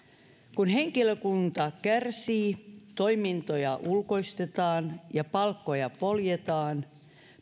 kun henkilökunta kärsii toimintoja ulkoistetaan ja palkkoja poljetaan